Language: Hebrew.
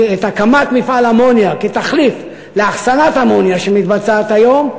את הקמת מפעל אמוניה כתחליף לאחסנת אמוניה שמתבצעת היום,